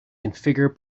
configure